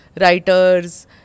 writers